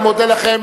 אני מודה לכם.